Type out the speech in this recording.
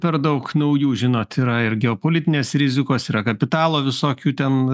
per daug naujų žinot yra ir geopolitinės rizikos yra kapitalo visokių ten